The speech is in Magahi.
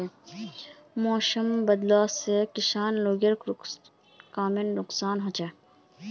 मौसम बदलाव से किसान लाक की नुकसान होचे?